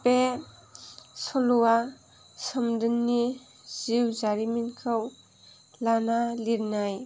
बे सल'आ सोमदोननि जिउ जारिमिनखौ लाना लिरनाय